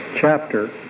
chapter